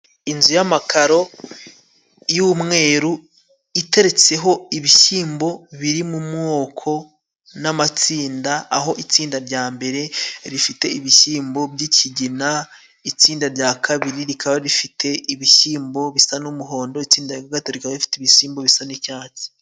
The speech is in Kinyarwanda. Inzu y'amakaro y'umweru iteretseho ibishyimbo biri mu moko n'amatsinda, aho itsinda rya mbere rifite ibishyimbo by'ikigina, itsinda rya kabiri rikaba rifite ibishyimbo bisa n'umuhondo, itsinda gatatu rikaba rifite ibisimbo bisa ni'icyatsi.